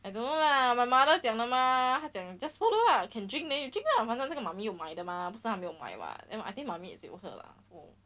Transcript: I don't know lah my mother 讲的 mah 她讲 just follow lah can drink then you drink lah 反正那个妈咪有买的 mah 可是还没有买 [what] then I think 妈咪是有喝 lah so